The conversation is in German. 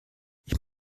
ich